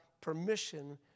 permission